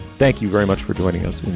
thank you very much for joining us.